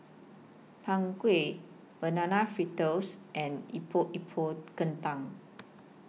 Png Kueh Banana Fritters and Epok Epok Kentang